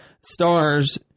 stars